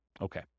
okay